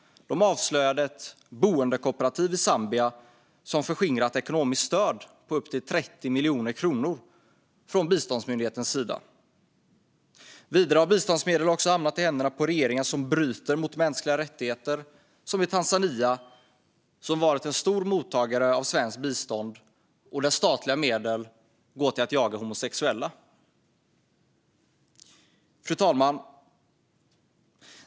De avslöjade ett bondekooperativ i Zambia som förskingrat ekonomiskt stöd på upp till 30 miljoner kronor från biståndsmyndigheten Sida. Vidare har biståndsmedel också hamnat i händerna på regeringar som bryter mot mänskliga rättigheter, som i Tanzania som varit en stor mottagare av svenskt bistånd och där statliga medel går till att jaga homosexuella. Fru talman!